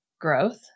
growth